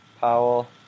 Powell